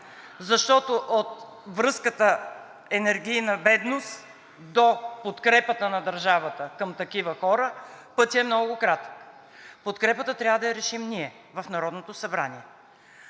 защото от връзката на енергийната бедност до подкрепата на държавата към такива хора пътят е много кратък. Подкрепата трябва да я решим ние в Народното събрание.